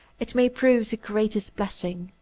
it may prove the greatest blessing.